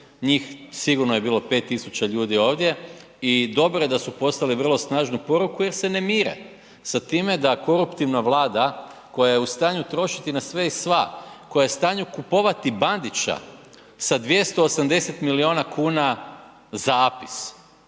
njih sigurno je bilo 5 tisuća ljudi ovdje. I dobro je da su poslali vrlo snažnu poruku jer se ne mire sa time da koruptivna Vlada koja je u stanju trošiti na sve i sva, koja je u stanju kupovati Bandića sa 280 milijuna kuna za APIS.